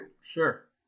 Sure